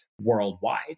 Worldwide